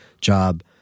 job